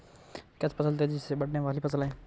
catch फसल तेजी से बढ़ने वाली फसल है